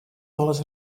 wolris